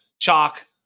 Chalk